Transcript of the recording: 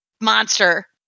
monster